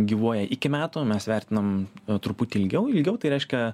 gyvuoja iki metų mes vertinam truputį ilgiau ilgiau tai reiškia